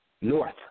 north